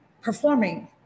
performing